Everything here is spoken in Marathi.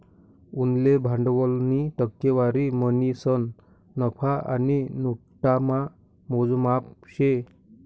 उनले भांडवलनी टक्केवारी म्हणीसन नफा आणि नोटामा मोजमाप शे